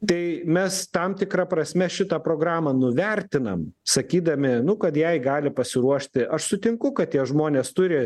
tai mes tam tikra prasme šitą programą nuvertinam sakydami nu kad jai gali pasiruošti aš sutinku kad tie žmonės turi